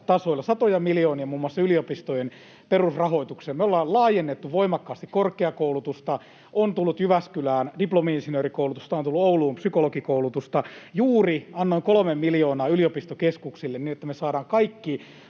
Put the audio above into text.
tasoilla. Satoja miljoonia muun muassa yliopistojen perusrahoitukseen. Me ollaan laajennettu voimakkaasti korkeakoulutusta. On tullut Jyväskylään diplomi-insinöörikoulutusta, on tullut Ouluun psykologikoulutusta. Juuri annoin 3 miljoonaa yliopistokeskuksille, niin että me saadaan kaikki